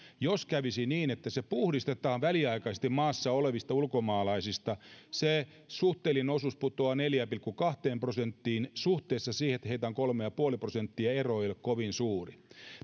jos kävisi niin että luku puhdistetaan väliaikaisesti maassa olevista ulkomaalaisista se suhteellinen osuus putoaa neljään pilkku kahteen prosenttiin suhteessa siihen että heitä on kolme pilkku viisi prosenttia ero ei ole kovin suuri